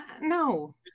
no